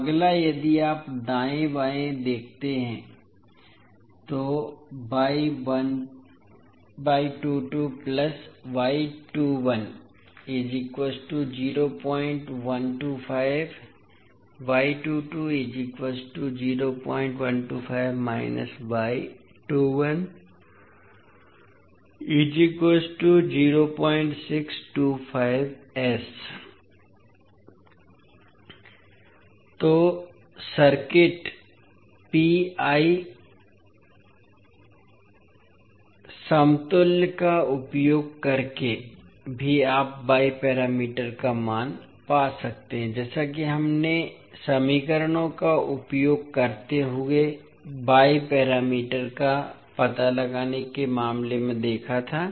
अब अगला यदि आप दाएं बाएं देखते हैं तो तो सर्किट पीआई समतुल्य का उपयोग करके भी आप y पैरामीटर का मान पा सकते हैं जैसा कि हमने समीकरणों का उपयोग करते हुए y पैरामीटर का पता लगाने के मामले में देखा था